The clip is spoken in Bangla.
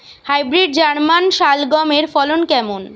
হাইব্রিড জার্মান শালগম এর ফলন কেমন?